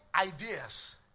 ideas